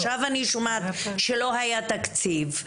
עכשיו אני שומעת שלא היה תקציב.